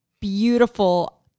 beautiful